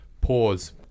pause